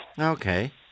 Okay